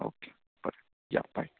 okay बरें या बाय